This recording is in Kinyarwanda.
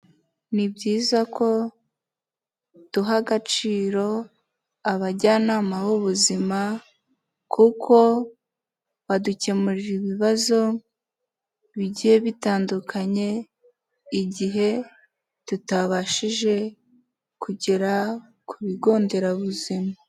Ni byiza ko duha agaciro abajyanama b'ubuzima, kuko badukemurira ibibazo bigiye bitandukanye igihe tutabashije kugera ku bigo nderabuzima.